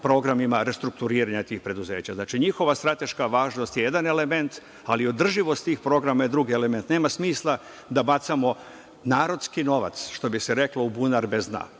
programima restrukturiranja tih preduzeća. Znači, njihova strateška važnost je jedan element, ali održivost tih programa je drugi element. Nema smisla da bacamo narodski novac, što bi se reklo, u bunar bez dna.